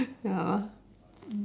ya lah